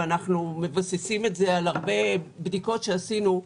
וזה מבוסס על בדיקות רבות שערכנו,